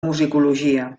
musicologia